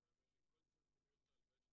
הוועדה.